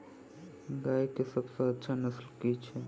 गाय केँ सबसँ अच्छा नस्ल केँ छैय?